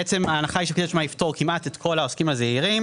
ההנחה היא שפקיד השומה יפטור כמעט את כל העוסקים הזעירים.